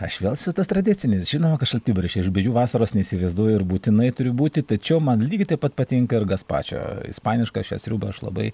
aš vėl siutas tradicinis žinoma kad šaltibarščiai aš be jų vasaros neįsivaizduoju ir būtinai turiu būti tačiau man lygiai taip pat patinka ir gaspačio ispanišką šią sriubą aš labai